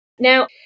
Now